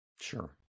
Sure